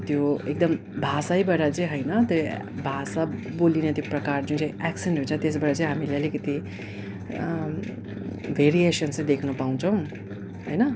त्यो एकदम भाषैबाट चाहिँ होइन त्यही भाषा बोलिने त्यो प्रकार जुन चाहिँ एक्सेन्ट हुन्छ त्यसबाट चाहिँ हामीले अलिकति भेरिएसन चाहिँ देख्न पाउँछौँ होइन